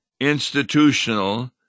institutional